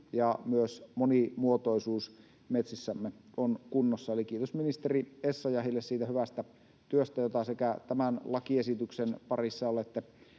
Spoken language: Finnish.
ja myös monimuotoisuus metsissämme on kunnossa. Kiitos ministeri Essayahille siitä hyvästä työstä, jota tämän lakiesityksen parissa olette